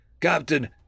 Captain